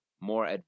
more